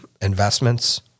investments